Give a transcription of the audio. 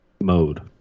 mode